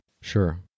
Sure